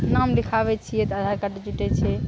नाम लिखाबै छियै तऽ आधार कार्ड जुटै छै